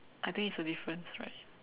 I think it's a difference right